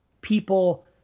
people